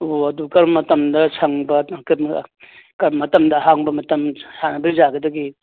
ꯑꯣ ꯑꯗꯨ ꯀꯔꯝꯕ ꯃꯇꯝꯗ ꯁꯪꯕ ꯀꯔꯝꯕ ꯃꯇꯝꯗ ꯑꯍꯥꯡꯕ ꯃꯇꯝ ꯁꯥꯟꯅꯕ ꯌꯥꯒꯗꯒꯦ